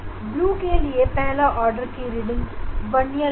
इसके लिए हम दोनों प्रकार के वर्नियर से पहले और दूसरी ऑर्डर के लिए रीडिंग लेंगे